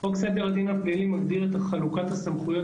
חוק סדר הדין הפלילי מגדיר את החלוקת סמכויות